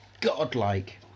godlike